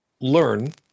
learn